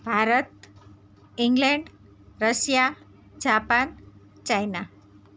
Bharat England Russia Japan China